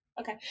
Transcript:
Okay